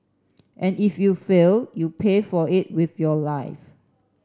and if you fail you pay for it with your life